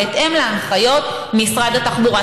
בהתאם להנחיות משרד התחבורה.